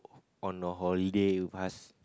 on a holiday with us